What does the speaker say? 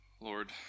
Lord